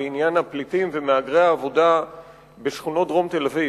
בעניין הפליטים ומהגרי העבודה בשכונות דרום תל-אביב.